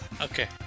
Okay